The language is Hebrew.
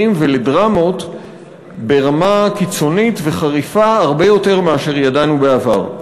ולדרמות ברמה קיצונית וחריפה הרבה יותר מאשר ידענו בעבר.